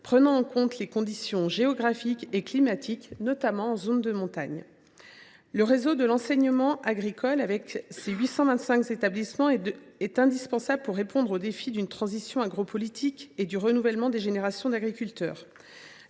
prenant en compte les conditions géographiques et climatiques, notamment en zone de montagne. Le réseau de l’enseignement agricole, avec ses 825 établissements, est indispensable pour répondre au défi d’une transition agropolitique et du renouvellement des générations d’agriculteurs.